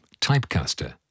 typecaster